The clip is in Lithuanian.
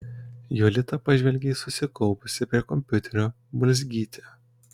jolita pažvelgė į susikaupusią prie kompiuterio bulzgytę